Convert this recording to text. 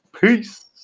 Peace